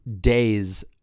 days